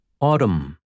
Autumn